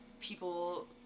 people